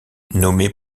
nommé